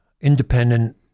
independent